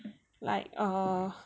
like err